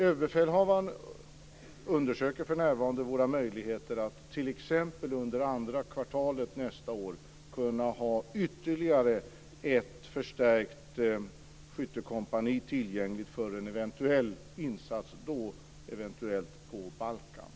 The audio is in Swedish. Överbefälhavaren undersöker för närvarande våra möjligheter att t.ex. under andra kvartalet nästa år ha ytterligare ett förstärkt skyttekompani tillgängligt för en eventuell insats, eventuellt på Balkan.